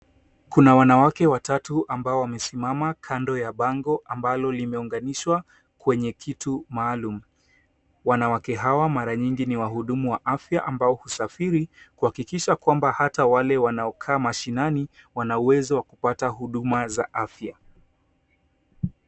Kuna wanawake watatu ambao wamesimama kando ya bango ambalo limeunganishwa kwenye kitu maalumu. Wanawake hawa mara nyingi ni wa hudumu ya afya ambao husafiri kuhakikisha kwamba hata wale wanaokaa mashindani wana uwezo wa kupata huduma za afya.